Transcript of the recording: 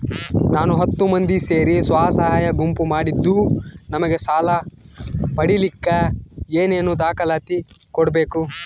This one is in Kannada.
ನಾವು ಹತ್ತು ಮಂದಿ ಸೇರಿ ಸ್ವಸಹಾಯ ಗುಂಪು ಮಾಡಿದ್ದೂ ನಮಗೆ ಸಾಲ ಪಡೇಲಿಕ್ಕ ಏನೇನು ದಾಖಲಾತಿ ಕೊಡ್ಬೇಕು?